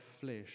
flesh